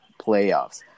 playoffs